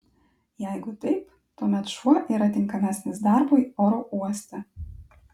jeigu taip tuomet šuo yra tinkamesnis darbui oro uoste